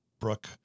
Brooke